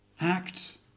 act